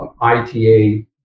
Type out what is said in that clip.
ITA